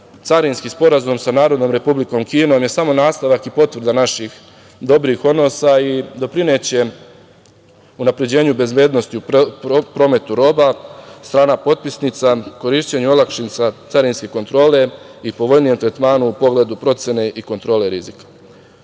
carinski sporazum sa Narodnom Republikom Kinom je samo nastavak i potvrda naših dobrih odnosa i doprineće unapređenju bezbednosti u prometu roba, strana potpisnica korišćenje olakšica carinske kontrole i povoljnijem tretmanu u pogledu procene i kontrole rizika. Suština